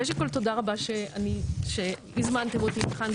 ראשית כל תודה רבה שהזמנתם אותי לכאן,